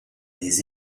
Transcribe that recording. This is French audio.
des